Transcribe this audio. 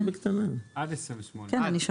רגע, למה עד 28?